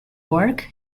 work